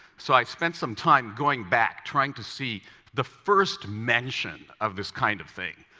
so i've spent some time going back, trying to see the first mention of this kind of thing.